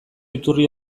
iturri